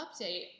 update